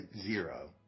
zero